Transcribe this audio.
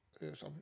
yes